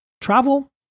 travel